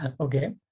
Okay